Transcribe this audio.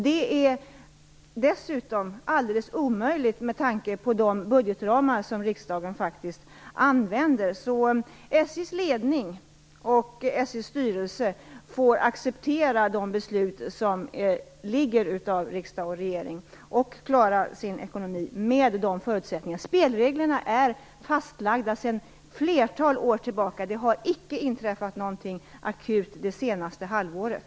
Det är dessutom alldeles omöjligt med tanke på de budgetramar som riksdagen faktiskt använder. SJ:s ledning och styrelse får acceptera de beslut som fattas av riksdag och regering. De får klara sin ekonomi utifrån de förutsättningarna. Spelreglerna är fastlagda sedan flera år tillbaka, och det har inte inträffat något akut det senaste halvåret.